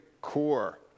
core